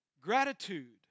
Gratitude